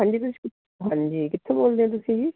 ਹਾਂਜੀ ਤੁਸੀਂ ਹਾਂਜੀ ਕਿੱਥੋਂ ਬੋਲਦੇ ਹੋ ਤੁਸੀਂ ਜੀ